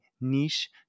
niche